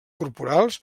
corporals